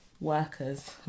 workers